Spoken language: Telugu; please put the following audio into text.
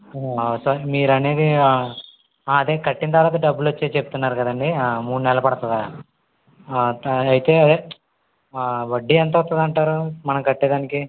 అవును సార్ మీరనేది అదే కట్టిన తరువాత డబ్బులు వచ్చేది చెప్తున్నారు కదండీ మూడు నెలలు పడుతుందా అలా అయితే వడ్డీ ఎంతొస్తుంది అంటారు మనం కట్టేదానికి